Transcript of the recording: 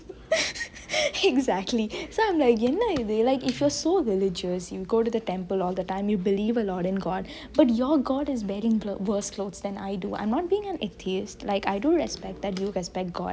exactly so I'm like என்ன இது:enne ithu like if you're so religious you go to the temple all the time you believe a lot in god but your god is wearing worse clothes than I do I'm not being antheist like I do respect that you respect god and you